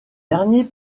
derniers